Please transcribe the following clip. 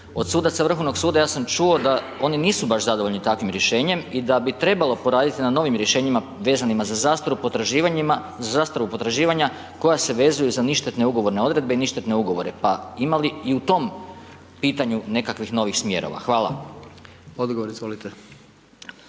Od sudaca Vrhovnog suda, ja sam čuo da oni nisu baš zadovoljni takvim rješenjem i da bi trebalo poraditi na novim rješenjima vezanim za zastaru potraživanja koja se vezuju za ništetne ugovorne odredbe i ništetne ugovore pa imali i u tom pitanju nekakvih novih smjerova? Hvala. **Jandroković,